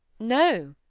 know,